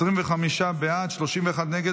25 בעד, 31 נגד.